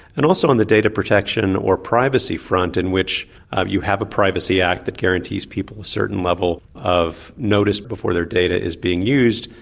and also on the data protection or privacy front in which ah you have a privacy act that guarantees people a certain level of notice before their data is being used,